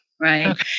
right